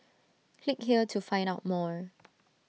click here to find out more